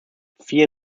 fear